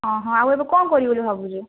ହଁ ହଁ ଆଉ ଏବେ କ'ଣ କରିବୁ ଭାବୁଛୁ